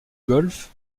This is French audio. golf